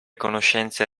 conoscenze